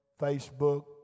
Facebook